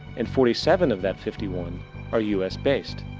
and forty seven of that fifty one are u s based.